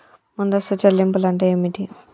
ముందస్తు చెల్లింపులు అంటే ఏమిటి?